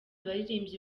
baririmbyi